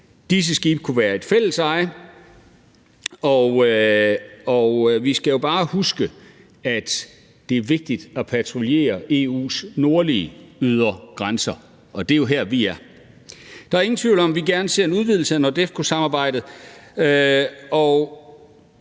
Disse skibe kunne være et fælleseje. Og vi skal jo bare huske, at det er vigtigt at patruljere EU's nordlige ydre grænser, og det er jo her, vi er. Der er ingen tvivl om, at vi gerne ser en udvidelse af NORDEFCO-samarbejdet,